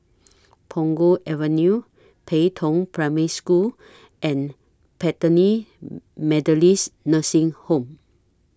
Punggol Avenue Pei Tong Primary School and Bethany Methodist Nursing Home